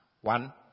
one